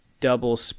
double